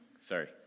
Sorry